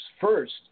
first